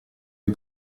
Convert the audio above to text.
dei